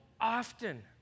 often